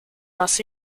los